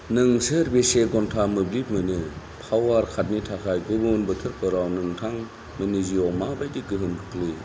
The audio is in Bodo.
नोंसोर बेसे घन्टा मोब्लिब मोनो फावार काट नि थाखाय गुबुन बोथोरफोराव नोंथां नोंनि जिउआव माबायदि गोहोम खोख्लैयो